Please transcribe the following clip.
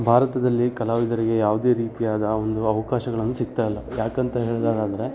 ಭಾರತದಲ್ಲಿ ಕಲಾವಿದರಿಗೆ ಯಾವುದೇ ರೀತಿಯಾದ ಒಂದು ಅವ್ಕಾಶಗಳೇನು ಸಿಗ್ತಾ ಇಲ್ಲ ಯಾಕಂತ ಹೇಳದಾದ್ರೆ